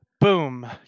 Boom